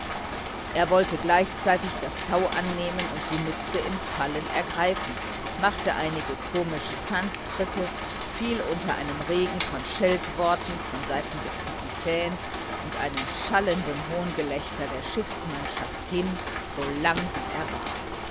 er wollte gleichzeitig das tau annehmen und die mütze im fallen ergreifen machte einige komische tanztritte und fiel unter einem regen von scheltworten von seiten des kapitäns und einem schallenden hohngelächter der schiffsmannschaft hin so lang wie er war